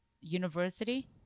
University